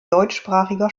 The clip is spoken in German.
deutschsprachiger